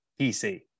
PC